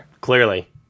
Clearly